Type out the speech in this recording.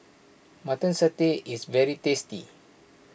Mutton Satay is very tasty